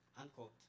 unquote